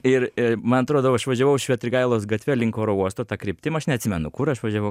ir man atrodo aš važiavau švetrigailos gatve link oro uosto ta kryptim aš neatsimenu kur aš važiavau